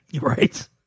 Right